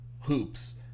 Hoops